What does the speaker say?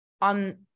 on